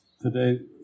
today